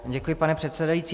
Děkuji, pane předsedající.